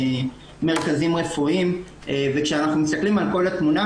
מרכזים רפואיים וכשאנחנו מסתכלים על כל התמונה,